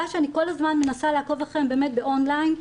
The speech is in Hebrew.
שאני כל הזמן מנסה לעקוב אחריהם באמת באון-ליין,